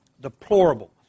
deplorable